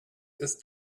ist